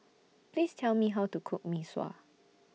Please Tell Me How to Cook Mee Sua